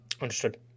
understood